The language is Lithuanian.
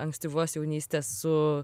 ankstyvos jaunystės su